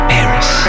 Paris